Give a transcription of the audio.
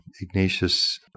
Ignatius